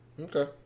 okay